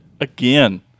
again